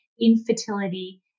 infertility